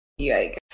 Yikes